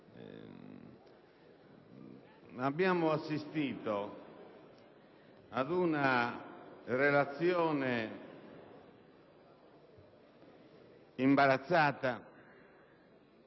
abbiamo assistito ad una relazione imbarazzata,